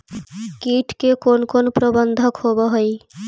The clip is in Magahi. किट के कोन कोन प्रबंधक होब हइ?